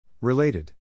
Related